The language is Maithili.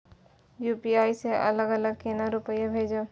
यू.पी.आई से अलग अलग केना रुपया भेजब